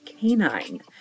canine